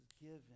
given